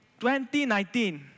2019